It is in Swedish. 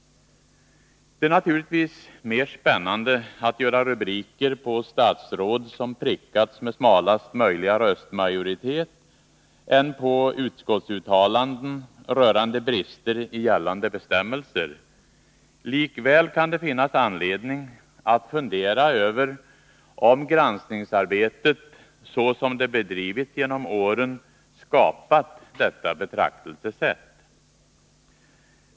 Det är naturligtvis mer spännande att göra rubriker på statsråd som prickats med smalaste möjliga röstmajoritet än på utskottsuttalanden rörande brister i gällande bestämmelser. Likväl kan det finnas anledning att fundera över om granskningsarbetet, så som det har bedrivits genom åren, har skapat detta betraktelsesätt.